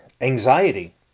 anxiety